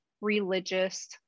religious